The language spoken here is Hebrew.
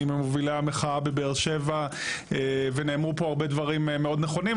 אני ממובילי המחאה בבאר שבע ונאמרו פה הרבה דברים מאוד נכונים,